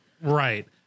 Right